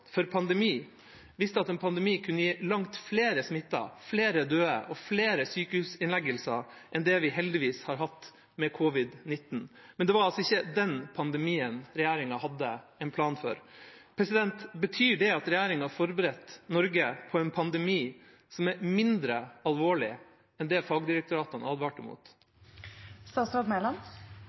for pandemi viste at en pandemi kunne gi langt flere smittede, flere døde og flere sykehusinnleggelser enn det vi har hatt med covid-19, heldigvis, men det var altså ikke den pandemien regjeringa hadde en plan for. Betyr det at regjeringa forberedte Norge på en pandemi som var mindre alvorlig enn det fagdirektoratene advarte